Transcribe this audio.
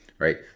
Right